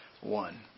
one